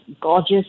gorgeous